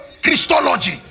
Christology